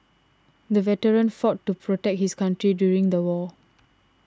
the veteran fought to protect his country during the war